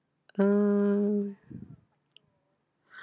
err